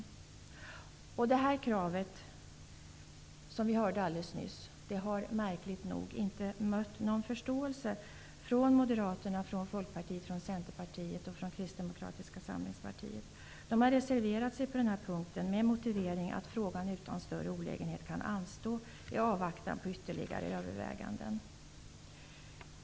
Som vi hörde alldeles nyss har kravet om ett tillkännagivande märkligt nog inte mött någon förståelse hos moderater, folkpartister, centerpartister och kristdemokrater i utskottet. De har reserverat sig på den här punkten, med motiveringen att frågan utan större olägenhet kan anstå i avvaktan på ytterligare överväganden.